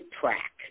track